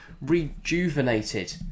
rejuvenated